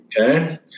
Okay